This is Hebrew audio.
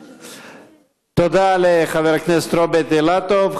תודה לחבר הכנסת רוברט אילטוב.